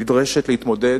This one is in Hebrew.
נדרשת להתמודד